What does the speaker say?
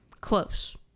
Close